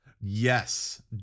Yes